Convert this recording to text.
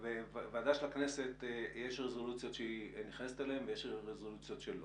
ועדה של הכנסת יש רזולוציות שהיא נכנסת אליהן ויש רזולוציות שהיא לא